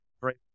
right